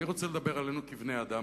אני רוצה לדבר על עצמנו כבני-אדם,